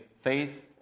faith